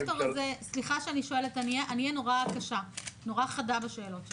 סליחה שאני שואלת, אני אהיה נורא חדה בשאלות שלי.